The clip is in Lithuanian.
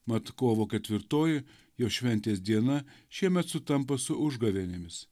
mat kovo ketvirtoji jo šventės diena šiemet sutampa su užgavėnėmis